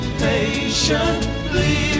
patiently